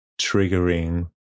triggering